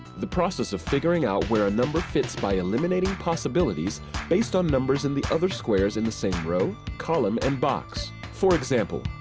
the process of figuring out where a number fits by eliminating possibilities based on numbers in the other squares in the same row, column, and box. for example,